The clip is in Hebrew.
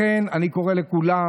לכן אני קורא לכולם,